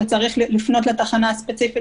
וצריך לפנות לתחנה הספציפית,